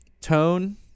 tone